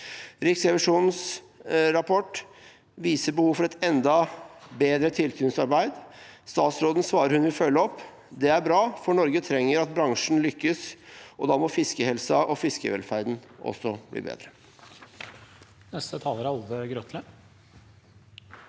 Riksrevisjonens rapport viser behov for et enda bedre tilsynsarbeid, og statsråden svarer at hun vil følge opp. Det er bra, for Norge trenger at bransjen lykkes, og da må fiskehelsen og fiskevelferden også bli bedre.